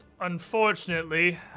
unfortunately